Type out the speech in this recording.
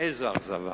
איזה אכזבה.